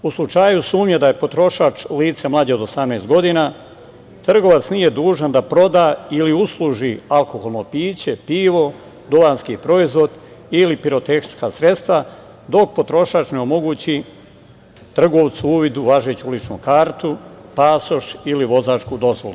U slučaju sumnje da je potrošač lice mlađe od 18 godina, trgovac nije dužan da proda ili usluži alkoholno piće, pivo, duvanski proizvod ili pirotehnička sredstva dok potrošač ne omogući trgovcu uvid u važeću ličnu kartu, pasoš ili vozačku dozvolu.